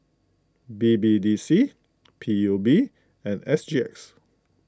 B B D C P U B and S G X